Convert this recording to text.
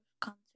concert